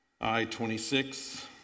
i-26